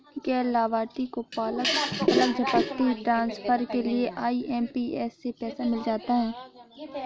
गैर लाभार्थी को पलक झपकते ही ट्रांसफर के लिए आई.एम.पी.एस से पैसा मिल जाता है